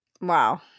Wow